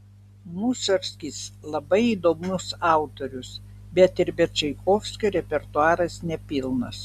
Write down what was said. musorgskis labai įdomus autorius bet ir be čaikovskio repertuaras nepilnas